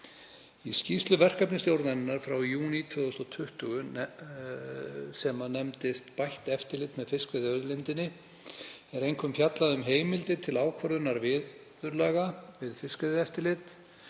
Í skýrslu verkefnisstjórnarinnar frá júní 2020, sem nefnist Bætt eftirlit með fiskveiðiauðlindinni, er einkum fjallað um heimildir til ákvörðunar viðurlaga við fiskveiðieftirlit,